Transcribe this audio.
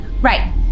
Right